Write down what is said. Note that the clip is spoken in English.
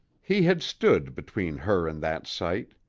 he had stood between her and that sight.